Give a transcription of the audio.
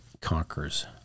conquers